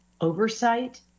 oversight